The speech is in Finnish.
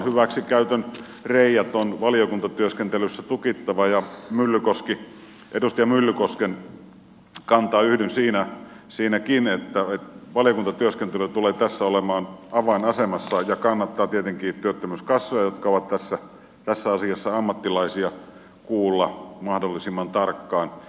hyväksikäytön reiät on valiokuntatyöskentelyssä tukittava ja edustaja myllykosken kantaan yhdyn siinäkin että valiokuntatyöskentely tulee tässä olemaan avainasemassa ja kannattaa tietenkin työttömyyskassoja jotka ovat tässä asiassa ammattilaisia kuulla mahdollisimman tarkkaan